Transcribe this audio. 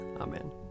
Amen